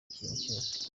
cyose